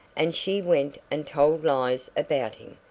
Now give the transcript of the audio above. and she went and told lies about him,